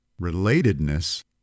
Relatedness